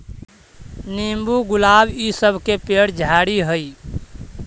नींबू, गुलाब इ सब के पेड़ झाड़ि हई